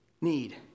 Need